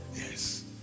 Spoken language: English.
Yes